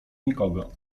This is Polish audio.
nikogo